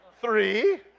three